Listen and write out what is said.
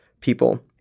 people